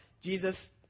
Jesus